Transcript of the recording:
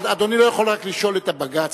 אדוני לא יכול רק לשאול את הבג"ץ,